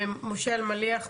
משה אלמליח, פה?